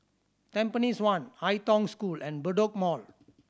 Tampines One Ai Tong School and Bedok Mall